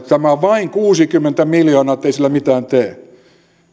tämä on vain kuusikymmentä miljoonaa että ei sillä mitään tee